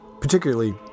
particularly